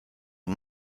aux